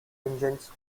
engines